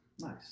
Nice